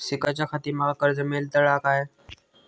शिकाच्याखाती माका कर्ज मेलतळा काय?